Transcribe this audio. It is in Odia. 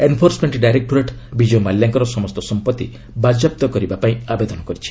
ଏନ୍ଫୋର୍ସମେଣ୍ଟ ଡାଇରେକ୍ଟୋରେଟ୍ ବିଜୟ ମାଲ୍ୟାଙ୍କର ସମସ୍ତ ସମ୍ପତ୍ତି ବାଜ୍ୟାପ୍ତ କରିବା ପାଇଁ ଆବେଦନ କରିଛି